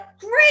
great